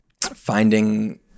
finding